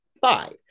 Five